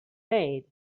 made